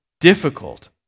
difficult